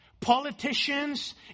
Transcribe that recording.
politicians